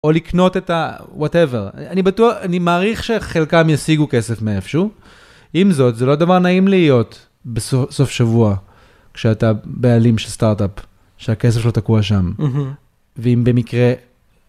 או לקנות את ה- whatever, אני בטוח... אני מעריך שחלקם ישיגו כסף מאיפשהו, עם זאת זה לא דבר נעים להיות בסוף שבוע, כשאתה בעלים של סטארט-אפ, שהכסף שלו תקוע שם, ואם במקרה...